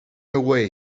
away